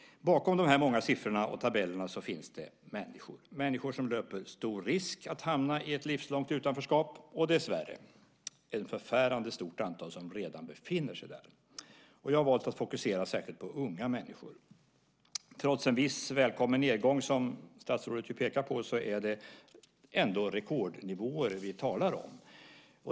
Bakom de här många siffrorna och tabellerna finns det människor, människor som löper stor risk att hamna i ett livslångt utanförskap och dessvärre ett förfärande stort antal som redan befinner sig där. Jag har valt att fokusera särskilt på unga människor. Trots en viss välkommen nedgång, som statsrådet ju pekar på, är det ändå rekordnivåer vi talar om.